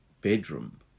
bedroom